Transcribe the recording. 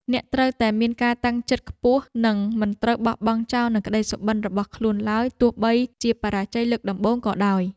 អ្នកត្រូវតែមានការតាំងចិត្តខ្ពស់និងមិនត្រូវបោះបង់ចោលនូវក្តីសុបិនរបស់ខ្លួនឡើយទោះបីជាបរាជ័យលើកដំបូងក៏ដោយ។